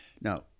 Now